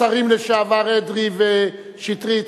השרים לשעבר אדרי ושטרית,